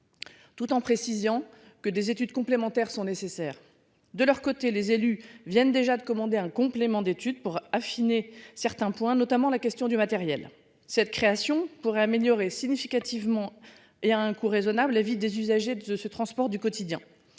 Tout en précisant que des études complémentaires sont nécessaires. De leur côté les élus viennent déjà de commander un complément d'étude pour affiner certains points notamment la question du matériel. Cette création pourrait améliorer significativement et à un coût raisonnable, la vie des usagers de ce transport du quotidien.